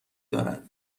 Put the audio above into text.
دارد